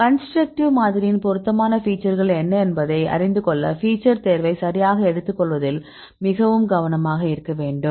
constructive மாதிரியின் பொருத்தமான ஃபீச்சர்கள் என்ன என்பதை அறிந்துகொள்ள ஃபீச்சர் தேர்வை சரியாக எடுத்துக்கொள்வதில் மிகவும் கவனமாக இருக்க வேண்டும்